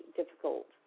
difficult